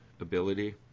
ability